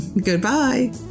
Goodbye